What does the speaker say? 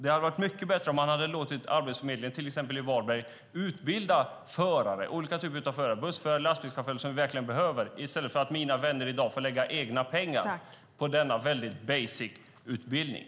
Det hade varit mycket bättre att låta Arbetsförmedlingen i till exempel Varberg utbilda olika typer av förare, bussförare och lastbilschaufförer som verkligen behövs, i stället för att mina vänner i dag får lägga egna pengar på denna basic utbildning.